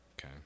okay